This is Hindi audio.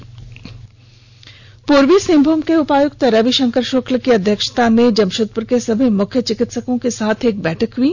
जमशेदपुर सतर्क पूर्वी सिंहभूम के उपायुक्त रविशंकर शुक्ला की अध्यक्षता में जमशेदपुर के सभी मुख्य चिकित्सकों के साथ एक बैठक हुई